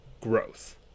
growth